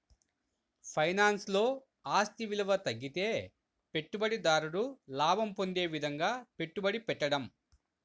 ఫైనాన్స్లో, ఆస్తి విలువ తగ్గితే పెట్టుబడిదారుడు లాభం పొందే విధంగా పెట్టుబడి పెట్టడం